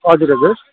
हजुर हजुर